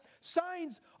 Signs